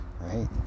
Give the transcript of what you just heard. Right